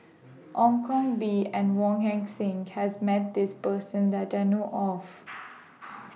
Ong Koh Bee and Wong Heck Sing has Met This Person that I know of